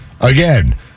again